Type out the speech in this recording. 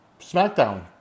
SmackDown